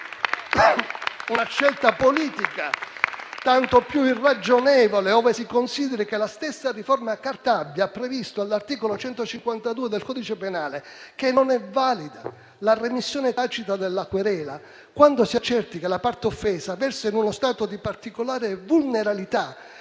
Una scelta politica tanto più irragionevole, ove si consideri che la stessa riforma Cartabia ha previsto all'articolo 152 del codice penale che non è valida la remissione tacita della querela, quando si accerti che la parte offesa versa in uno stato di particolare vulnerabilità,